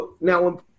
now